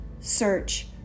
search